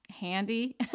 handy